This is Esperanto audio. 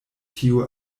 tiu